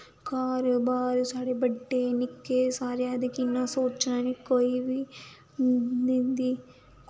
घर बाह्र साढ़े बड्डे निक्के सारे आखदे कि इन्ना सोचना निं कोई बी नेईं होंदी